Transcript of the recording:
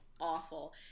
awful